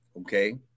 okay